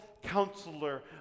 Counselor